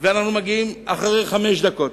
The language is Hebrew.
ואנחנו מגיעים באיחור של חמש דקות,